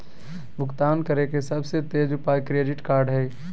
भुगतान करे के सबसे तेज उपाय क्रेडिट कार्ड हइ